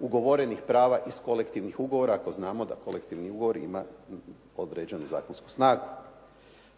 ugovorenih prava iz kolektivnih ugovora ako znamo da kolektivni ugovor ima određenu zakonsku snagu.